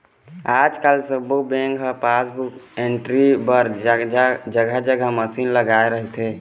आजकाल सब्बो बेंक ह पासबुक एंटरी बर जघा जघा मसीन लगाए रहिथे